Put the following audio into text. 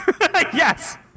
Yes